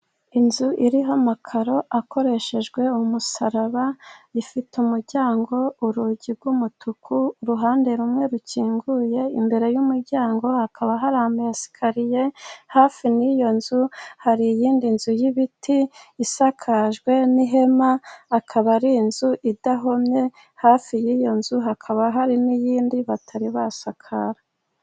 Inzu iriho amakaro akoreshejwe umusaraba ,ifite umuryango, urugi rw'umutuku ,uruhande rumwe rukinguye ,imbere y'umuryango hakaba hari amesakariye hafi n'iyo nzu hari iyindi nzu y'ibiti isakajwe n'ihema akaba ari inzu idahomye hafi y'iyo nzu hakaba hari n'iyindi batari basakara.